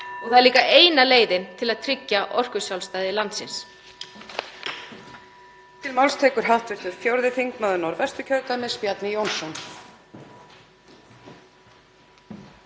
og það er líka eina leiðin til að tryggja orkusjálfstæði landsins.